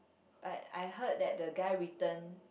but I heard that the guy returned